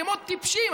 כמו טיפשים,